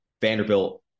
Vanderbilt